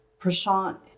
Prashant